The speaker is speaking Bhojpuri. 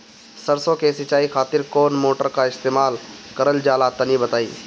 सरसो के सिंचाई खातिर कौन मोटर का इस्तेमाल करल जाला तनि बताई?